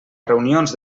reunions